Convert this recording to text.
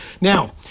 Now